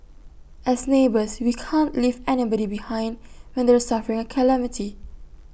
as neighbours we can't leave anybody behind when they're suffering A calamity